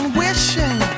wishing